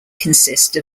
consist